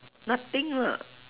nothing lah